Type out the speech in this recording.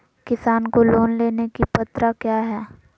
किसान को लोन लेने की पत्रा क्या है?